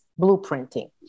blueprinting